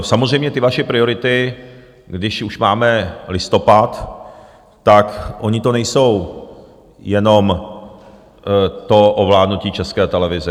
Samozřejmě ty vaše priority, když už máme listopad, tak ono to není jenom to ovládnutí České televize.